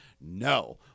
no